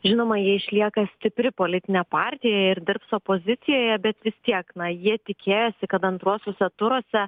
žinoma jie išlieka stipri politinė partija ir dirbs opozicijoje bet vis tiek na jie tikėjosi kad antruosiuose turuose